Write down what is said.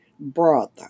Brother